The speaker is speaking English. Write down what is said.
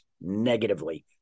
negatively